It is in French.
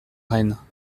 rennes